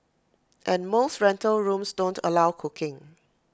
and most rental rooms don't allow cooking